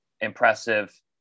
impressive